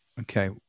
Okay